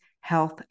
health